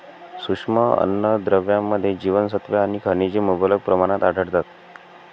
सूक्ष्म अन्नद्रव्यांमध्ये जीवनसत्त्वे आणि खनिजे मुबलक प्रमाणात आढळतात